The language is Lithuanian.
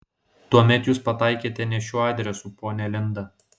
tuomet jūs pataikėte ne šiuo adresu ponia linda